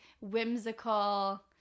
whimsical